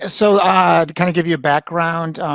ah so, ah, to kind of give you a background,